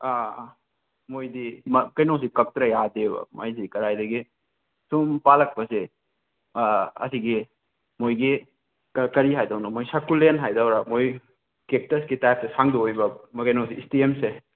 ꯑꯥ ꯑꯥ ꯃꯣꯏꯗꯤ ꯀꯩꯅꯣꯗꯤ ꯀꯛꯇ꯭ꯔ ꯌꯥꯗꯦꯕ ꯃꯣꯏꯗꯤ ꯀꯔꯥꯏꯗꯒꯤ ꯁꯨꯝ ꯄꯥꯜꯂꯛꯄꯁꯦ ꯑꯁꯤꯒꯤ ꯃꯣꯏꯒꯤ ꯀꯔꯤ ꯍꯥꯏꯗꯧꯅꯣ ꯃꯣꯏ ꯁꯛꯀꯨꯂꯦꯟ ꯍꯥꯏꯗꯣꯏꯔꯥ ꯃꯣꯏ ꯀꯦꯛꯇꯁꯀꯤ ꯇꯥꯏꯄꯇ ꯁꯥꯡꯗꯣꯛꯏꯕ ꯃꯣꯏ ꯀꯩꯅꯣꯁꯦ ꯏꯁꯇꯦꯝꯁꯦ